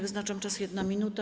Wyznaczam czas - 1 minuta.